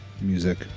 music